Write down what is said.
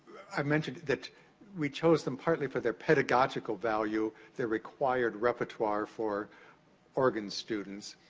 i mentioned that we chose them, partly, for their pedagogical value. they're required repertoire for organ students.